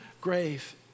grave